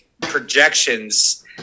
projections